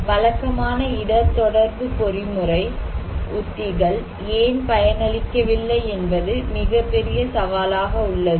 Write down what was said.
வழக்கமான இடர் தொடர்பு பொறிமுறை உத்திகள் ஏன் பயனளிக்கவில்லை என்பது மிகப்பெரிய சவாலாக உள்ளது